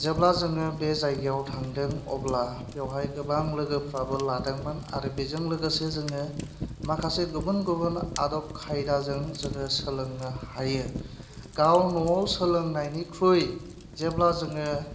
जेब्ला जोङो बे जायगायाव थांदों अब्ला बेवहाय गोबां लोगोफ्राबो लादोंमोन आरो बिजों लोगोसे जोङो माखासे गुबुन गुबुन आदब खायदाजों जोङो सोलोंनो हायो गाव न'आव सोलोंनायनिख्रुइ जेब्ला जोङो